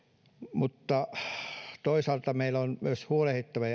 toisaalta meidän on myös huolehdittava